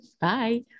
bye